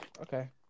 Okay